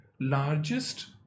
largest